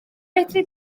fedri